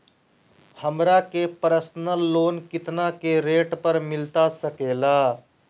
हमरा के personal loan कितना के रेट पर मिलता सके ला?